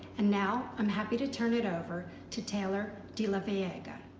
and now i'm happy to turn it over to taylor delaveaga.